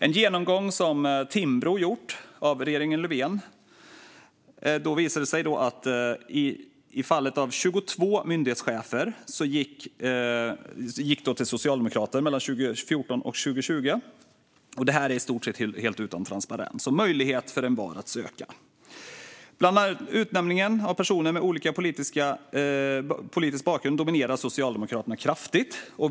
En genomgång som Timbro har gjort av regeringen Löfven visar att 22 tjänster som myndighetschef gick till socialdemokrater mellan 2014 och 2020. Det här är i stort sett utan transparens och utan möjlighet för envar att söka. Bland utnämningar av personer med olika politisk bakgrund dominerar Socialdemokraterna kraftigt.